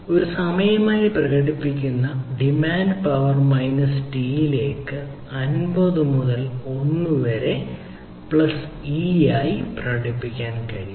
ഒരു സമയമായി പ്രകടിപ്പിക്കുന്ന ഡിമാൻഡ് പവർ മൈനസ് ടിയിലേക്ക് 50 മുതൽ 1 വരെ പ്ലസ് ഇ ആയി പ്രകടിപ്പിക്കാൻ കഴിയും